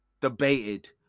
debated